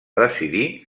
decidir